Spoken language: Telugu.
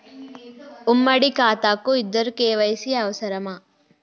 ఉమ్మడి ఖాతా కు ఇద్దరు కే.వై.సీ అవసరమా?